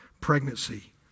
pregnancy